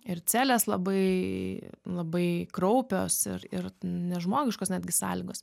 ir celės labai labai kraupios ir ir nežmogiškos netgi sąlygos